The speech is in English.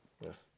Yes